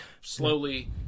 slowly